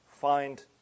find